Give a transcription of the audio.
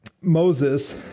Moses